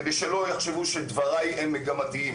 כדי שלא יחשבו שדברי הם מגמתיים,